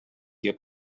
your